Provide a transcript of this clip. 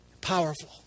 powerful